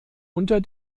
unter